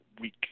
week